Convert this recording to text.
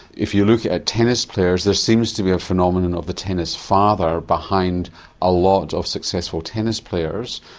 if you look at tennis players there seems to be a phenomenon of the tennis father behind a lot of successful tennis players.